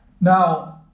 now